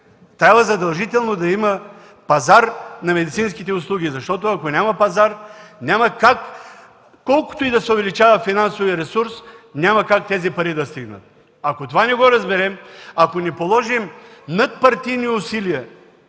Трябва задължително да има пазар на медицинските услуги. Ако няма пазар, няма как, колкото и да се увеличава финансовият ресурс, тези пари да стигнат! Ако това не го разберем, ако не положим надпартийни усилия